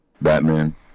Batman